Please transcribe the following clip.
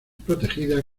protegidas